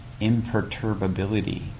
imperturbability